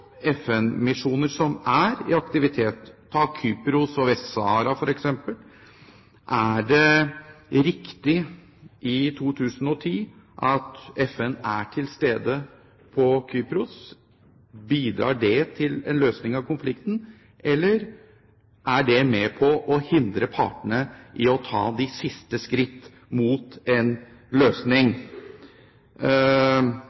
som er i aktivitet – ta Kypros og Vest-Sahara f.eks. Er det riktig i 2010 at FN er til stede på Kypros? Bidrar det til en løsning av konflikten, eller er det med på å hindre partene i å ta de siste skritt mot en